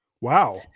Wow